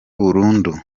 burundu